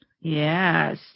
Yes